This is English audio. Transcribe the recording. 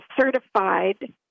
certified